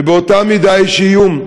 ובאותה מידה יש איום.